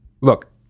look